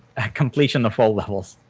ah completion of all levels,